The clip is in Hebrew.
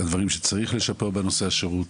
והדברים שצריך לשפר בנושא השירות.